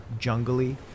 jungly